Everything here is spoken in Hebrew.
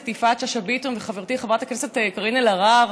יפעת שאשא ביטון וחברתי חברת הכנסת קארין אלהרר,